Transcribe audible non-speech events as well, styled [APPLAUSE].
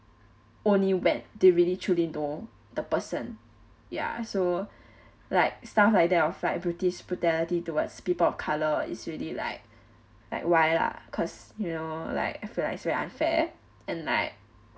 only when they really truly know the person ya so [BREATH] like stuff like that or this police bru~ brutality towards people of color is really like like why lah cause you know like I feel like it's very unfair and like